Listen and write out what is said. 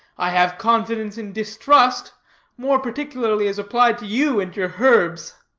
i have confidence in distrust more particularly as applied to you and your herbs.